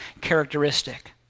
characteristic